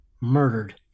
murdered